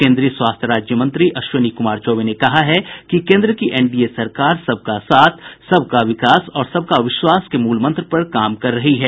केन्द्रीय स्वास्थ्य राज्य मंत्री अश्विनी कुमार चौबे ने कहा है कि केन्द्र की एनडीए सरकार सबका साथ सबका विकास सबका विश्वास के मूलमंत्र पर काम कर रही है